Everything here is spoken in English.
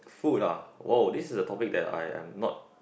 food ah !woah! this is a topic that I I am not